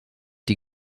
die